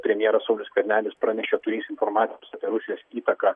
premjeras saulius skvernelis pranešė turįs informacijos apie rusijos įtaką